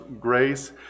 grace